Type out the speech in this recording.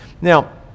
Now